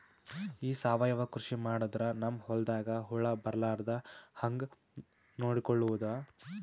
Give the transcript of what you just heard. ಈ ಸಾವಯವ ಕೃಷಿ ಮಾಡದ್ರ ನಮ್ ಹೊಲ್ದಾಗ ಹುಳ ಬರಲಾರದ ಹಂಗ್ ನೋಡಿಕೊಳ್ಳುವುದ?